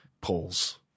polls